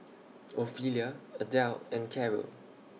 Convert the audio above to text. Ophelia Adelle and Carrol